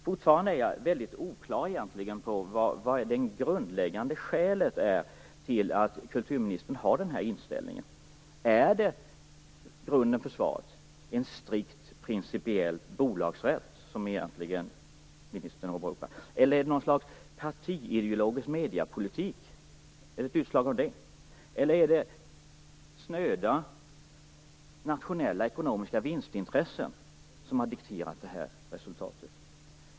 Fortfarande är jag mycket osäker på vilket det grundläggande skälet är till att kulturministern har den här inställningen. Är grunden för svaret en strikt principiell bolagsrätt, som ministern åberopar, eller är det ett utslag av någon slags partiideologisk mediepolitik? Eller är det snöda nationella ekonomiska vinstintressen som har dikterat det här resultatet.